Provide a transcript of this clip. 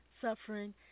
suffering